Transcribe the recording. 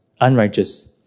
unrighteous